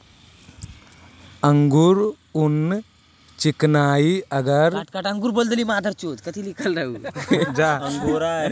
angora ऊन चिकनाई आर महीन फाइबरेर तने जाना जा छे